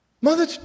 Mother